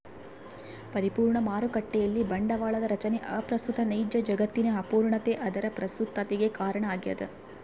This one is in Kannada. ಪರಿಪೂರ್ಣ ಮಾರುಕಟ್ಟೆಯಲ್ಲಿ ಬಂಡವಾಳದ ರಚನೆ ಅಪ್ರಸ್ತುತ ನೈಜ ಜಗತ್ತಿನ ಅಪೂರ್ಣತೆ ಅದರ ಪ್ರಸ್ತುತತಿಗೆ ಕಾರಣ ಆಗ್ಯದ